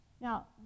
Now